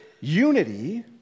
unity